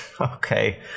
Okay